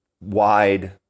wide